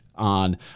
on